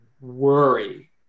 worry